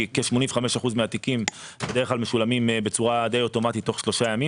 כי כ-85% מהתיקים בדרך כלל משולמים בצורה די אוטומטית תוך שלושה ימים.